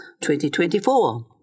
2024